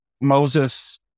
Moses